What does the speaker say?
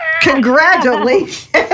Congratulations